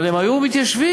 הם היו מתיישבים,